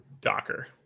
Docker